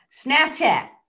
Snapchat